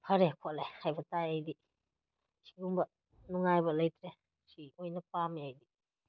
ꯐꯔꯦ ꯈꯣꯠꯂꯦ ꯍꯥꯏꯕ ꯇꯥꯏ ꯑꯩꯗꯤ ꯁꯤꯒꯨꯝꯕ ꯅꯨꯡꯉꯥꯏꯕ ꯂꯩꯇ꯭ꯔꯦ ꯁꯤ ꯑꯣꯏꯅ ꯄꯥꯝꯃꯦ ꯑꯩꯗꯤ